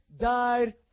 died